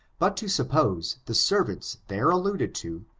but to suppose the servants there alluded to,